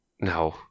No